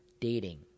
dating